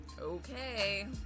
Okay